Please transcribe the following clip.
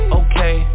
okay